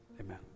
Amen